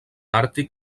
àrtic